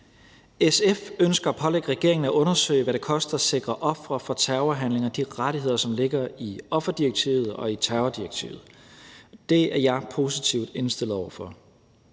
SF ønsker at pålægge regeringen at undersøge, hvad det koster at sikre ofre for terrorhandlinger de rettigheder, som ligger i offerdirektivet og i terrordirektivet, og det er jeg positivt indstillet over for.